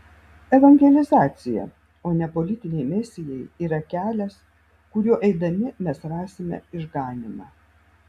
evangelizacija o ne politiniai mesijai yra kelias kuriuo eidami mes rasime išganymą